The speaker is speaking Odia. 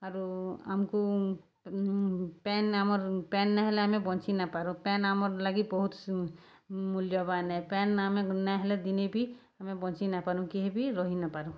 ଆରୁ ଆମ୍କୁ ପାଏନ୍ ଆମର୍ ପାଏନ୍ ନେହେଲେ ଆମେ ବଞ୍ଚିନାଇ ପାରୁଁ ପାଏନ୍ ଆମର୍ ଲାଗି ବହୁତ୍ ମୂଲ୍ୟବାନ୍ ଏ ପାଏନ୍ ଆମେ ନାହେଲେ ଦିନେ ବି ଆମେ ବଞ୍ଚିନାପାରୁଁ କେହି ବି ରହି ନାପାରୁଁ